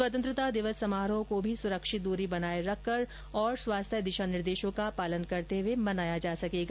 स्वतंत्रता दिवस समारोहों को भी सुरक्षित दूरी बनाए रखकर तथा स्वास्थ्य दिशा निर्देशों का पालन करते हुए मनाया जा सकेगा